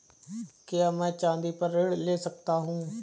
क्या मैं चाँदी पर ऋण ले सकता हूँ?